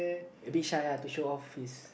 a bit shy uh to show of his